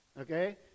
okay